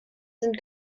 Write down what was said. sind